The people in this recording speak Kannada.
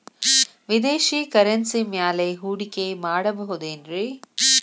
ವಿದೇಶಿ ಕರೆನ್ಸಿ ಮ್ಯಾಲೆ ಹೂಡಿಕೆ ಮಾಡಬಹುದೇನ್ರಿ?